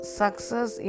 success